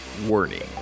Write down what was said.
warning